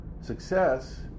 success